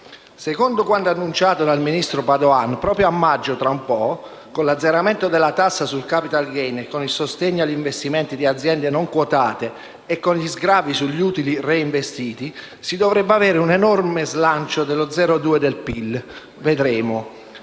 Secondo quanto annunciato dal ministro Padoan, proprio a maggio, con l'azzeramento della tassa sul *capital gain,* con il sostegno agli investimenti di aziende non quotate e con gli sgravi sugli utili reinvestiti, si dovrebbe avere un enorme slancio (dello 0,2 per cento)